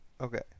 Okay